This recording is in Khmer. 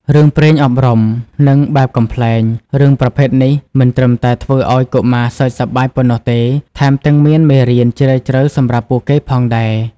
រឿងព្រេងអប់រំ និងបែបកំប្លែង រឿងប្រភេទនេះ មិនត្រឹមតែធ្វើឱ្យកុមារសើចសប្បាយប៉ុណ្ណោះទេ ថែមទាំងមានមេរៀនជ្រាលជ្រៅសម្រាប់ពួកគេផងដែរ។